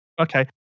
okay